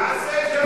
תעשה שלום.